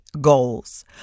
goals